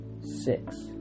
Six